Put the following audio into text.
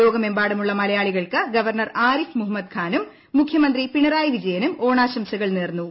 ലോകമെമ്പാടുമുള്ള മലയാളികൾക്ക് ഗവർണർ ആരിഫ് മുഹമ്മദ് ഖാനും മുഖ്യമന്ത്രി പിണറായി വിജയനും ഓണാശംസകൾ നേർന്നു